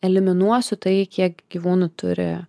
eliminuosiu tai kiek gyvūnų turi